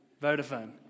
Vodafone